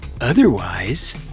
Otherwise